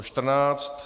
14.